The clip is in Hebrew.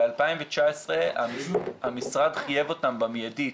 ב-2019 המשרד חייב אותם במיידית.